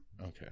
Okay